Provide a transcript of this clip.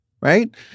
right